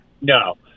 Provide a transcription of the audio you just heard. No